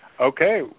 Okay